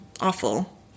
Awful